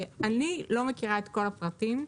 אני לא מכירה את כל הפרטים,